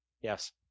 yes